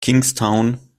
kingstown